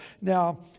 Now